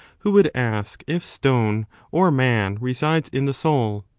who would ask if stone or man resides in the soul?